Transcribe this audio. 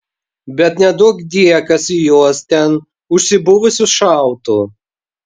bet neduokdie kas į juos ten užsibuvusius šautų